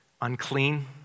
unclean